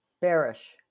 Bearish